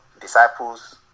disciples